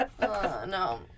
No